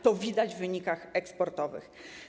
To widać w wynikach eksportowych.